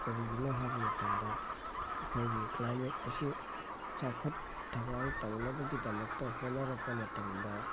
ꯀꯔꯤꯒꯤꯅꯣ ꯍꯥꯏꯕ ꯃꯇꯝꯗ ꯑꯩꯈꯣꯏꯒꯤ ꯀ꯭ꯂꯥꯏꯃꯦꯠ ꯑꯁꯤ ꯆꯥꯎꯈꯠ ꯊꯧꯔꯥꯡ ꯇꯧꯅꯕꯒꯤꯗꯃꯛꯇ ꯍꯣꯠꯅꯔꯛꯄ ꯃꯇꯝꯗ